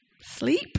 Sleep